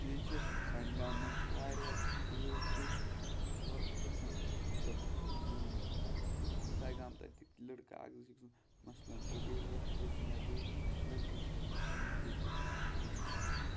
بیٚیہِ چھِ سانہِ گامہٕ منٛز چھِ واریاہ لٔڑکہٕ گژھان مطلب میون چھِ سَیگام تَتِکۍ لٔڑکہٕ اَکھ زٕ چھِ مثلاً ابوٗزَر چھِ گژھان یا بیٚیہِ لٔڑکہٕ زٕ ترٛےٚ تِم چھِ گژھان کِرٛکَٹ ہیٚچھنہِ اوٗرۍ سینٹَرس پٮ۪ٹھ